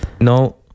no